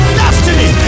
destiny